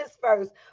first